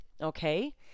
okay